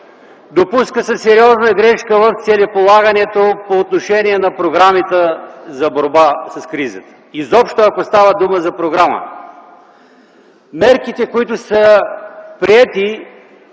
допуска се сериозна грешка в целеполагането по отношение на програмата за борба с кризата, ако изобщо става дума за програма. Мерките, които са приети